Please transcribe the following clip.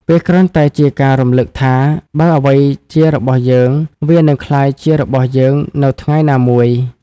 វាគ្រាន់តែជាការរំលឹកថា បើអ្វីជារបស់យើង វានឹងក្លាយជារបស់យើងនៅថ្ងៃណាមួយ។